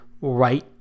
right